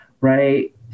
right